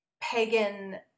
pagan